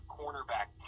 cornerback